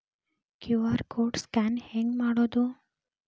QR code scan ಹೆಂಗ್ ಮಾಡೋದು?